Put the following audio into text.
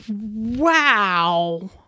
Wow